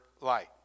light